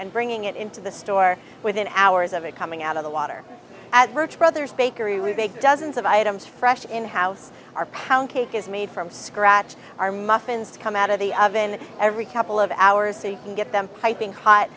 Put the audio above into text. and bringing it into the store within hours of it coming out of the water at birch brothers bakery we big dozens of items fresh in house our pound cake is made from scratch our muffins come out of the of in every couple of hours so you can get them piping hot